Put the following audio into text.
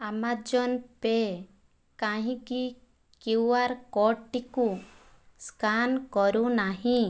Amazon pay' କାହିଁକି Q R କୋଡଟିକୁ ସ୍କାନ କରୁନାହିଁ